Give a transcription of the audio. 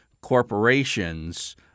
corporations